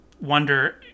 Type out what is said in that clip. wonder